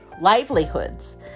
livelihoods